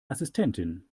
assistentin